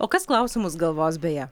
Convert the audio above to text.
o kas klausimus galvos beje